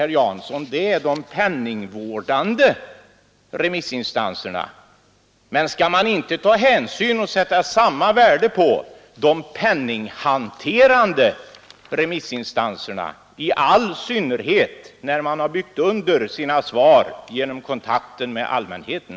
Herr Jansson säger nu att dessa är de penningvårdande remissinstanserna, men skall man inte ta samma hänsyn och sätta samma värde på de penninghanterande remissinstansernas uppfattning — i synnerhet som de har byggt under sina svar genom kontakter med allmänheten?